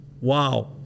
wow